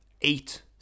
eight